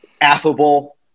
affable